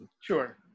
Sure